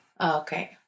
Okay